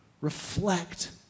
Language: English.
reflect